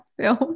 film